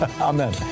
Amen